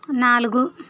నాలుగు